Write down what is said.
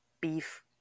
beef